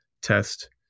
test